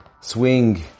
swing